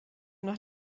nach